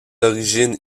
origines